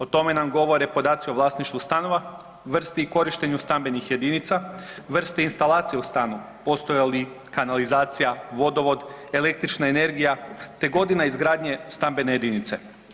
O tome nam govore podaci o vlasništvu stanova, vrsti i korištenju stambenih jedinica, vrsti instalacije u stanu, postoji li kanalizaciji, vodovod, električna energija, te godina izgradnje stambene jedinice.